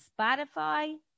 Spotify